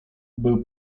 był